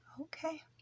Okay